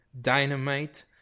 Dynamite